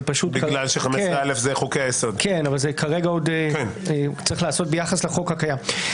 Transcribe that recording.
כי 15א זה חוקי היסוד יש לעשות כרגע ביחס לחוק הקיים.